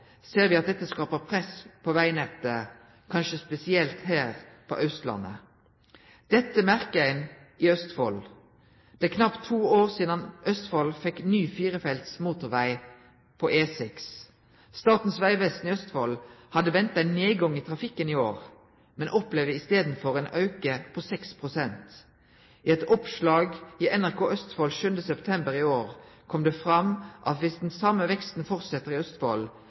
ser me at dette skaper press på vegnettet, kanskje spesielt her på Austlandet. Dette merkar ein i Østfold. Det er knapt to år sidan Østfold fekk ny firefelts motorveg på E6. Statens vegvesen i Østfold hadde venta ein nedgang i trafikken i år, men dei opplever i staden ein auke på 6 pst. I eit oppslag i NRK Østfold den 7. september i år kom det fram at dersom den same veksten held fram i